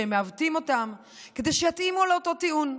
שהם מעוותים אותם כדי שיתאימו לאותו לטיעון.